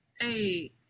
Hey